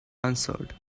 answered